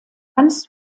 hans